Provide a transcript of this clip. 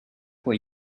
quoi